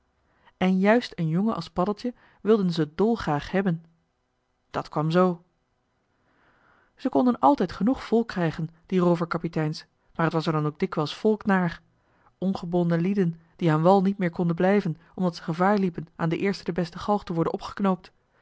en juist een jongen als paddeltje wilden ze dolgraag hebben dat kwam zoo ze konden altijd genoeg volk krijgen die roover kapiteins maar t was er dan ook dikwijls volk naar ongebonden lieden die aan wal niet meer konden blijven omdat ze gevaar liepen aan de eerste de beste galg te worden opgeknoopt